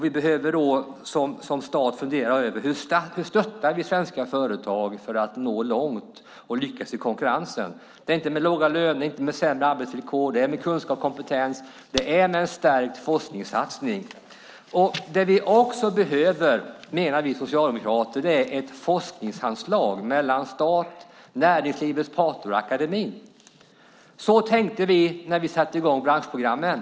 Vi behöver som stat fundera över: Hur stöttar vi svenska företag för att nå långt och lyckas i konkurrensen? Det gör vi inte med låga löner och sämre arbetsvillkor. Det gör vi med kunskap, kompetens och en stärkt forskningssatsning. Vi socialdemokrater menar att vi också behöver ett forskningsanslag mellan stat, näringslivets parter och akademin. Så tänkte vi när vi satte i gång branschprogrammen.